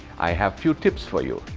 i have few tips for you,